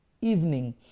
evening